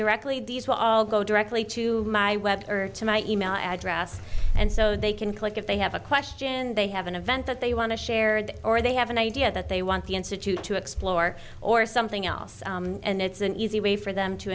directly these will all go directly to my web or to my email address and so they can click if they have a question they have an event that they want to share that or they have an idea that they want the institute to explore or something else and it's an easy way for them to